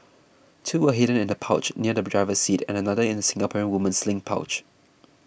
two were hidden in a pouch under the driver's seat and another in a Singaporean woman's sling pouch